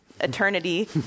eternity